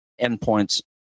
endpoints